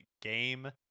game